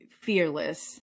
Fearless